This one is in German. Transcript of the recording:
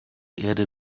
erde